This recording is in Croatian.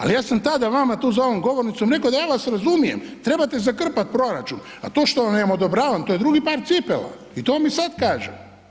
Ali ja sam tada vama tu za ovom govornicom rekao da ja vas razumijem, trebate zakrpati proračun, a to što vam ja ne odobravam to je drugi par cipela i to vam i sada kažem.